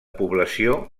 població